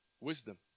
wisdom